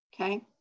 okay